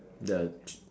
the